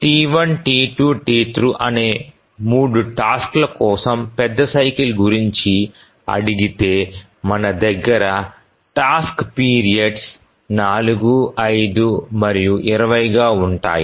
T1 T2 T3 అనే 3 టాస్క్ల కోసం పెద్ద సైకిల్ గురించి అడిగితే మన దగ్గర టాస్క్ పీరియడ్స 4 5 మరియు 20 గా ఉంటాయి